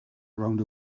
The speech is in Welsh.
rownd